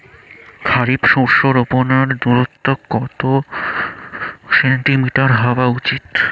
খারিফ শস্য রোপনের দূরত্ব কত সেন্টিমিটার হওয়া উচিৎ?